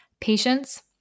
patience